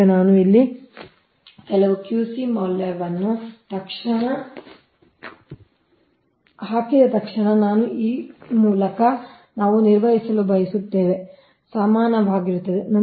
ಈಗ ನಾನು ಇಲ್ಲಿ ಕೆಲವು Q c ಮೌಲ್ಯವನ್ನು ಅನ್ನು ಹಾಕಿದ ತಕ್ಷಣ ನಾನು ಈ ಮೂಲಕ ನಾನು ನಿರ್ವಹಿಸಲು ಬಯಸುತ್ತೇನೆ ಸಮಾನವಾಗಿರುತ್ತದೆ